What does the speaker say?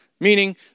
meaning